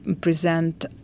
present